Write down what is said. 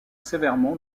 sévèrement